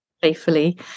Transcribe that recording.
faithfully